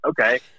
Okay